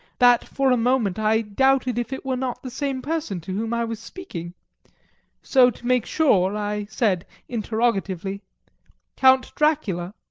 that for a moment i doubted if it were not the same person to whom i was speaking so to make sure, i said interrogatively count dracula?